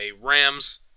Rams